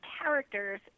characters